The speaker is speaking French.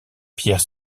pierre